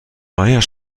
maier